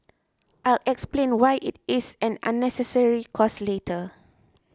I'll explain why it is an unnecessary cost later